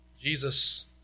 Jesus